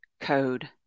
code